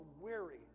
weary